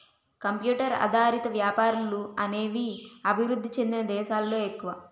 computer ఆధారిత వ్యాపారాలు అనేవి అభివృద్ధి చెందిన దేశాలలో ఎక్కువ